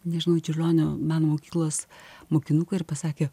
nežinojau čiurlionio meno mokyklos mokinukai ir pasakė